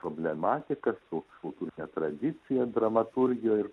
problematika su kultūrine tradicija dramaturgijoj ir